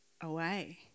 away